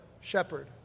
shepherd